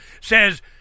says